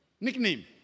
Nickname